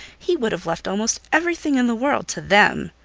he would have left almost everything in the world to them.